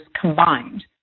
combined